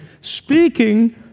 speaking